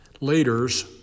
leaders